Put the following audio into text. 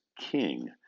king